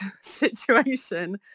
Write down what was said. situation